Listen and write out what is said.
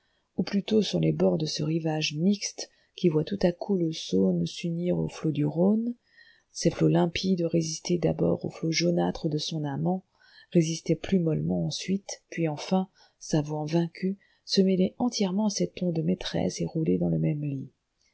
ou plutôt sur les bords de ce rivage mixte qui voit tout à coup la saône s'unir aux flots du rhône ses flots limpides résister d'abord aux flots jaunâtres de son amant résister plus mollement ensuite puis enfin s'avouant vaincue se mêler entièrement à cette onde maîtresse et rouler dans le même lit